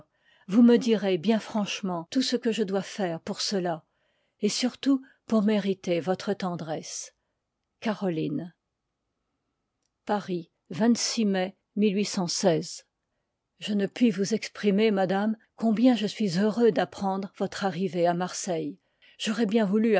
vous me direz bien franchement tout ce que je dois faire pour cela et surtout pour mériter votre tendresse caroline part paris je ne puis vous exprimer madame combien je suis heureux d'apprendre votre arrivée à marseille j'aurois bien voulu